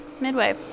Midway